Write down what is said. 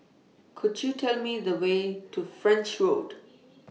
Could YOU Tell Me The Way to French Road